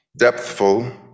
depthful